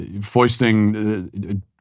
foisting